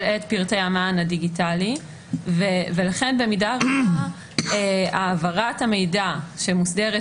את פרטי המען הדיגיטלי ולכן במידה רבה העברת המידע שמוסדרת